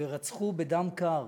ורצחו בדם קר